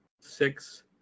six